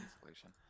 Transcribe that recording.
solution